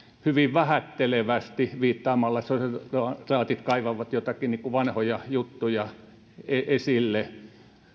hyvin vähättelevästi viittasi että sosiaalidemokraatit kaivavat joitakin vanhoja juttuja esille